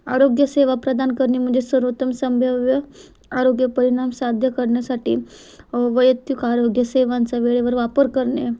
आरोग्यसेवा प्रदान करणे म्हणजे सर्वोत्तम संभाव्य आरोग्य परिणाम साध्य करण्यासाठी वैयक्तिक आरोग्यसेवांचा वेळेवर वापर करणे